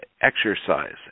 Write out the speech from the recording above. exercise